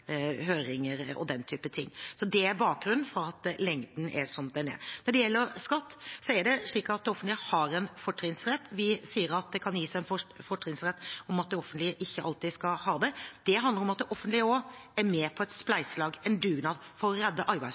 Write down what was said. høringer og den type ting. Så det er bakgrunnen for at lengden er som den er. Når det gjelder skatt, er det slik at det offentlige har en fortrinnsrett. Vi sier at det kan gis en fortrinnsrett, men at det offentlige ikke alltid skal ha det. Det handler om at det offentlige også er med på et spleiselag, en dugnad, for å redde